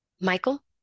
Michael